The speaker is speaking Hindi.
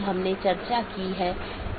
क्योंकि यह एक बड़ा नेटवर्क है और कई AS हैं